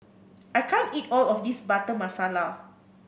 I can't eat all of this Butter Masala